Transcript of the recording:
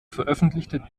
veröffentlichte